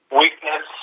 weakness